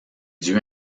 dieux